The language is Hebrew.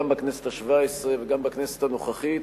גם בכנסת השבע-עשרה וגם בכנסת הנוכחית,